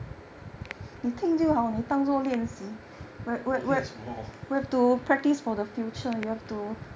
我我练什么